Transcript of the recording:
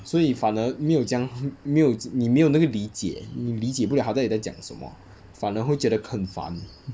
所以反而没有这样好没有你没有那个理解你理解不了他到底在讲什么反而会觉得很烦